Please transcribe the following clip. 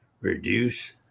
reduce